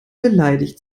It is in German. beleidigt